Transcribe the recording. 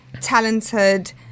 talented